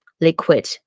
liquid